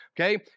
okay